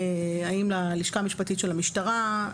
האם ללשכה המשפטית של המשטרה,